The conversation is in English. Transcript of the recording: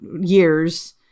years